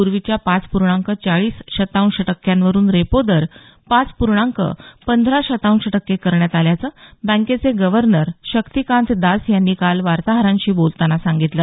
पूर्वीच्या पाच पूर्णांक चाळीस शतांश टक्क्यांवरून रेपो दर पाच पूर्णांक पंधरा शतांश टक्के करण्यात आल्याचं बँकेचे गव्हर्नर शक्तिकांत दास यांनी काल वार्ताहरांशी बोलताना सांगितलं